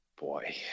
Boy